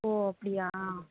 ஓ அப்படியா